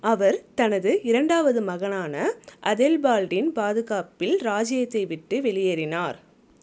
அவர் தனது இரண்டாவது மகனான அதெல்பால்டின் பாதுகாப்பில் ராஜ்ஜியத்தை விட்டு வெளியேறினார்